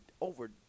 over